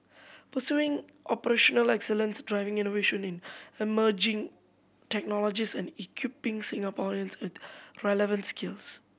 pursuing operational excellence driving innovation in emerging technologies and equipping Singaporeans with relevant skills